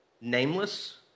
Nameless